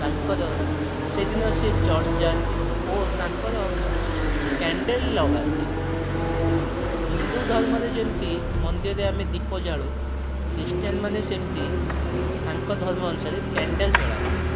ତାଙ୍କର ସେଇଦିନ ସେ ଚର୍ଚ ଯାଆନ୍ତି ଓ ତାଙ୍କର କ୍ୟାଣ୍ଡେଲ ଲଗାନ୍ତି ଆମ ହିନ୍ଦୁଧର୍ମରେ ଯେମିତି ମନ୍ଦିରରେ ଆମେ ଦୀପ ଜାଳୁ ଖ୍ରୀଷ୍ଟିଆନମାନେ ସେମିତି ତାଙ୍କ ଧର୍ମଅନୁସାରେ କ୍ୟାଣ୍ଡେଲ ଜଳାନ୍ତି